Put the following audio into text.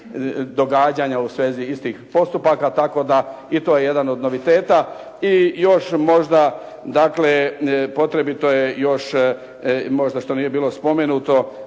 događanja u svezi istih postupaka tako da i to je jedan od noviteta. I još možda, dakle potrebito je još možda što nije bilo spomenuto.